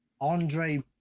andre